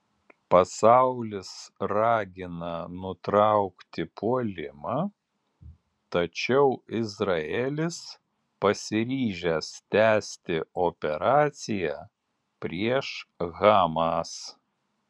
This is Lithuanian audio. pasaulis ragina nutraukti puolimą tačiau izraelis pasiryžęs tęsti operaciją prieš hamas